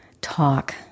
talk